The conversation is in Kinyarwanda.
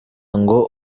ngo